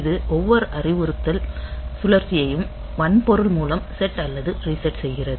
இது ஒவ்வொரு அறிவுறுத்தல் சுழற்சியையும் வன்பொருள் மூலம் செட் அல்லது ரீசெட் செய்கிறது